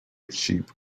cheap